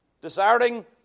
Desiring